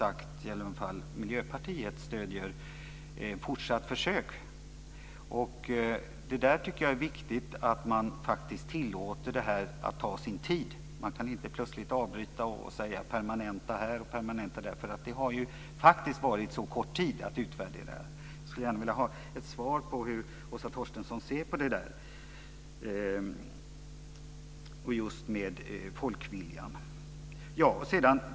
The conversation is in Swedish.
Miljöpartiet stöder fortsatta försök. Det är viktigt att man låter försöken få ta sin tid. Man kan inte plötsligt avbryta försöken och permanenta dem. Tiden har varit för kort för att man ska kunna göra en utvärdering. Jag skulle vilja veta hur Åsa Torstensson ser på detta med folkviljan. Herr talman!